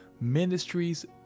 Ministries